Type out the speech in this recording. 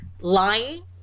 lying